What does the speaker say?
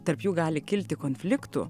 tarp jų gali kilti konfliktų